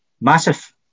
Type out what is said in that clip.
Massive